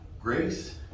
Grace